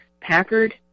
Packard